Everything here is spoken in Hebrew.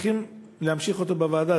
צריכים להמשיך אותו בוועדה.